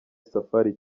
safari